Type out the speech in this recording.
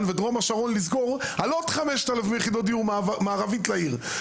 ודרום השרון על עוד 5,000 יחידות דיור מערבית לעיר,